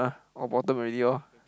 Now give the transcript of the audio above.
all bottom already lor